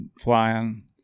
flying